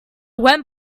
went